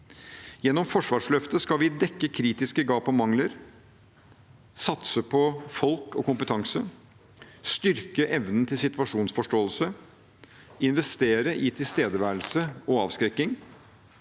Gjennom forsvarsløftet skal vi dekke kritiske gap og mangler, satse på folk og kompetanse, styrke evnen til situasjonsforståelse og investere i tilstedeværelse og avskrekking.